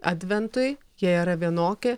adventui jie yra vienokie